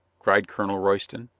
cried colonel royston.